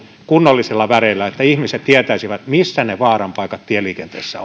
kunnollisilla väreillä että ihmiset tietäisivät missä ne vaaran paikat tieliikenteessä